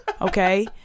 Okay